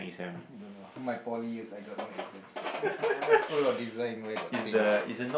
my poly is I got no exams school of design where got things